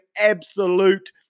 absolute